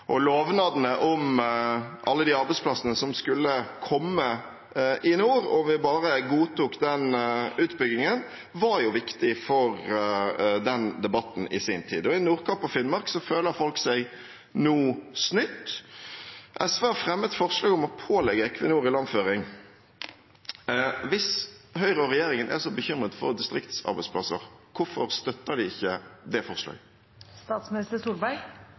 Lovnadene om alle arbeidsplassene som skulle komme i nord om vi bare godtok utbyggingen, var viktig for den debatten i sin tid. I Nordkapp og Finnmark føler folk seg nå snytt. SV har fremmet forslag om å pålegge Equinor ilandføring. Hvis Høyre og regjeringen er så bekymret for distriktsarbeidsplasser – hvorfor støtter de ikke det